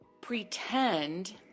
pretend